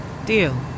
Deal